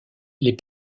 les